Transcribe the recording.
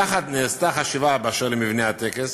יחד נעשתה חשיבה באשר למבנה הטקס.